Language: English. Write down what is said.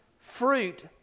fruit